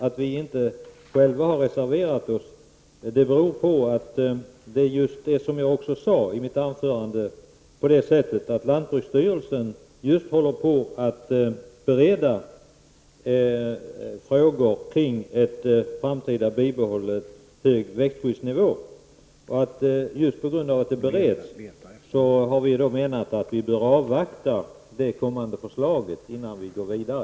Att vi inte själva har reserverat oss beror på att -- som jag också sade i mitt anförande -- lantbruksstyrelsen just håller på att bereda frågor kring en framtida bibehållen hög växtskyddsnivå. Eftersom dessa frågor bereds har vi menat att vi bör avvakta det kommande förslaget innan vi går vidare.